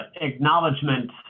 acknowledgement